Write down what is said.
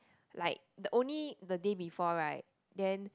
like the only the day before right then